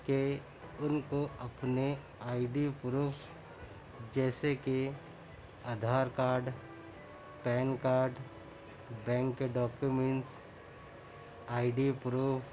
کہ ان کو اپنے آئی ڈی پروف جیسے کہ Aadhaar card PAN card bank documents I D proof